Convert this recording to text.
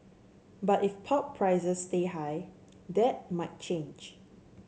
but if pulp prices stay high that might change